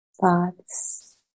thoughts